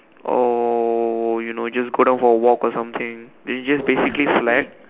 oh you know just go down for a walk or something then you just basically slack